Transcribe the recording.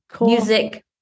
music